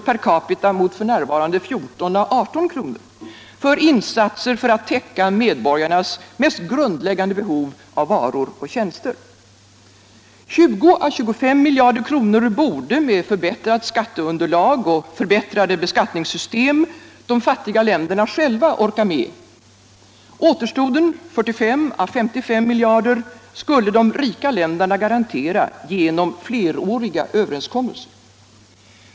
per capita mot f.n. 14-18 kr., för insatser för att täcka medborgarnas mest grundläggande behov av varor och tjänster. Omkring 20-25 miljarder kronor torde, med förbättrat skatteunderlag och förbättrade beskattningssvstem, de fattiga länderna själva orka med. Återstoden, 45-55 miljarder, skulle de rika länderna garantera genom fleråriga överenskommelser.